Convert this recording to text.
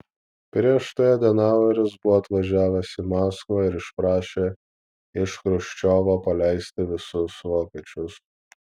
prieš tai adenaueris buvo atvažiavęs į maskvą ir išprašė iš chruščiovo paleisti visus vokiečius